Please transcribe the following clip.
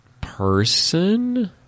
person